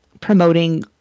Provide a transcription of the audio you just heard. promoting